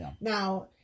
Now